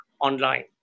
online